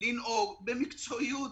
דובר על מתווים שונים.